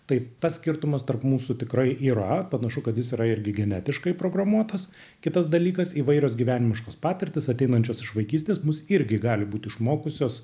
tai tas skirtumas tarp mūsų tikrai yra panašu kad jis yra irgi genetiškai programuotas kitas dalykas įvairios gyvenimiškos patirtys ateinančios iš vaikystės mus irgi gali būt išmokusios